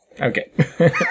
Okay